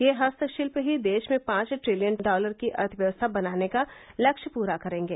यह हस्तशिल्प ही देश में पांच ट्रिलियन डॉलर की अर्थव्यवस्था बनाने का लक्ष्य पूरा करेंगे